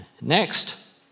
next